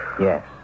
Yes